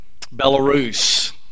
Belarus